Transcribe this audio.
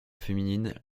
féminine